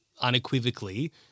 unequivocally